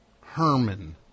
Herman